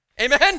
Amen